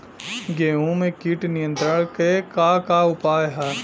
गेहूँ में कीट नियंत्रण क का का उपाय ह?